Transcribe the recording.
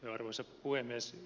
arvoisa puhemies